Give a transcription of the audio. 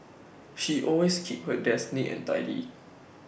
she always keeps her desk neat and tidy